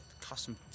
custom